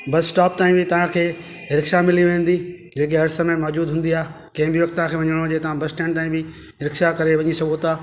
बस stop ताईं बि तव्हांखे रिक्शा मिली वेंदी जेकी हर समय मौजूद हूंदी आहे कंहिं बि वक़्त तव्हांखे वञिणो हुजे तव्हां बस स्टैंड ताईं वि रिक्शा करे वञी सघो था